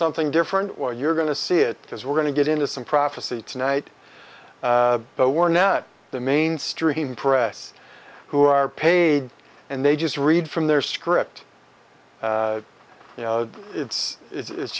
something different or you're going to see it because we're going to get into some prophecy tonight but we're not the mainstream press who are paid and they just read from their script you know it's it's